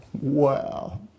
Wow